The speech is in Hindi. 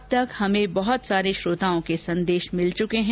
अब तक हमें बहत सारे श्रोताओं के संदेश मिले हैं